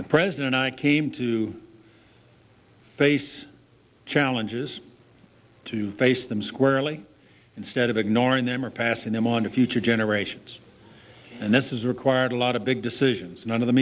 the president i came to face challenges to face them squarely instead of ignoring them or passing them on to future generations and this is required a lot of big decisions none of the